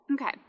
Okay